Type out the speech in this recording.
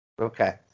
Okay